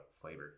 flavor